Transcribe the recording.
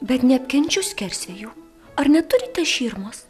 bet neapkenčiu skersvėjo ar neturite širmos